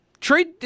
trade